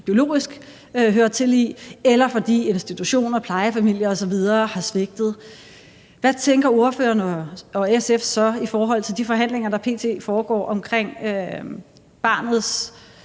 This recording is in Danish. biologisk hører til i, eller fordi institutioner og plejefamilier osv. har svigtet, hvad tænker ordføreren og SF så i forhold til de forhandlinger, der p.t. foregår omkring barnets